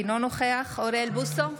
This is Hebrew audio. אינו נוכח אוריאל בוסו,